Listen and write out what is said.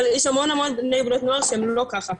אבל יש המון בני ובנות נוער שהם לא ככה,